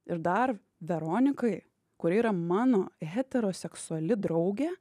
ir dar veronikai kuri yra mano heteroseksuali draugė